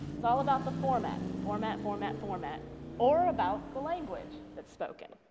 it's all about the format, format, format, format or about the language that's spoken.